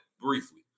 briefly